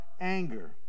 anger